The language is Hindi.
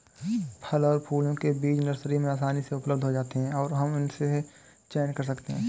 फल और फूलों के बीज नर्सरी में आसानी से उपलब्ध हो जाते हैं और हम इनमें से चयन कर सकते हैं